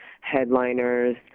headliners